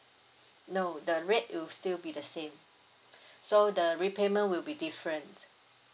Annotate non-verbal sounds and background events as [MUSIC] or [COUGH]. no the rate will still be the same [BREATH] so the repayment will be different